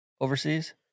overseas